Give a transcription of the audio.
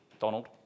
Donald